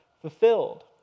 fulfilled